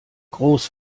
groß